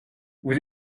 vous